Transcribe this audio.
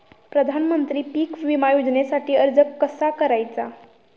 प्रधानमंत्री पीक विमा योजनेसाठी अर्ज कसा करायचा?